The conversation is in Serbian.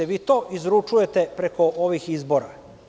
Vi to izručujete preko ovih izbora.